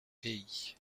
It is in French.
pays